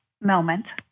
moment